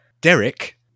Derek